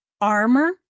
armor